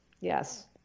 Yes